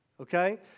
okay